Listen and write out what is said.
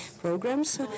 programs